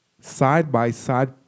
side-by-side